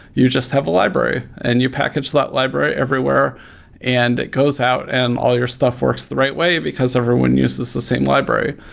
you just have a library and you package that library everywhere and it goes out an all your stuff works the right way, because everyone uses the same library.